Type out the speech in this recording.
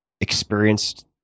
experienced